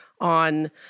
on